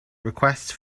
requests